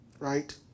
Right